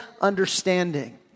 understanding